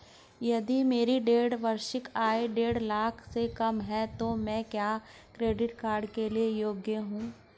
यदि मेरी वार्षिक आय देढ़ लाख से कम है तो क्या मैं क्रेडिट कार्ड के लिए योग्य हूँ?